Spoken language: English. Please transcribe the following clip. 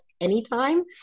anytime